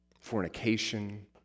fornication